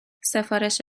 سفارش